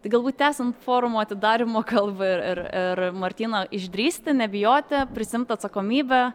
tai galbūt tęsiant forumo atidarymo kalbą ir ir ir martyno išdrįsti nebijoti prisiimt atsakomybę